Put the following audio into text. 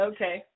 Okay